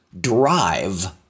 drive